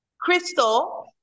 Crystal